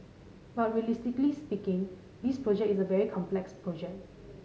but realistically speaking this project is a very complex project